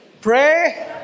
Pray